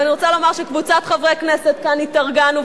ואני רוצה לומר שקבוצת חברי כנסת כאן התארגנו,